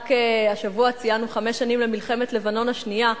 רק השבוע ציינו חמש שנים למלחמת לבנון השנייה,